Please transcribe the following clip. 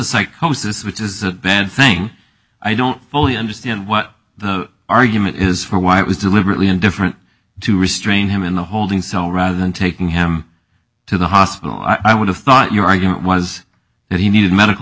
psychosis which is a bad thing i don't fully understand what the argument is for why it was deliberately indifferent to restrain him in the holding cell rather than taking him to the hospital i would have thought your argument was that he needed medical